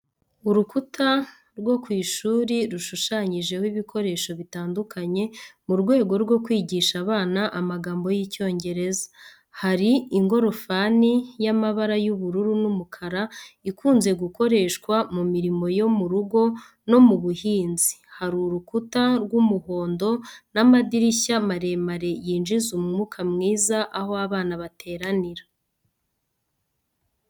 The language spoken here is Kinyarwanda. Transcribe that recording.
Urukuta rwo ku ishuri rushushanyijeho ibikoresho bitandukanye mu rwego rwo kwigisha abana amagambo y’Icyongereza. Hari ingorofani y’amabara y’ubururu n’umukara ikunze gukoreshwa mu mirimo yo mu rugo no mu buhinzi, hari urukuta rw'umuhondo n'amadirishya maremare yinjiza umwuka mwiza aho abana bateranira.